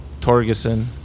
Torgerson